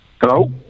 Hello